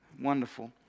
Wonderful